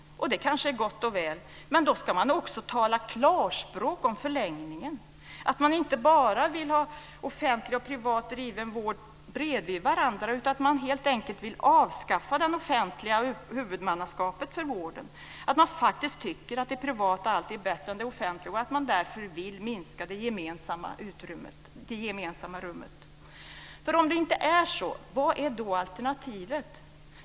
Det är kanske gott och väl, men då ska man också tala klarspråk om förlängningen. Man vill inte ha offentligt och privat driven vård bredvid varandra, utan man vill helt enkelt avskaffa det offentliga huvudmannaskapet för vården. Man tycker faktiskt att det privata alltid är bättre än det offentliga, och man vill därför minska det gemensamma rummet. Om det inte är så, vad är då alternativet?